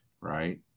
Right